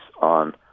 on